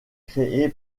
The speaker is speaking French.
créé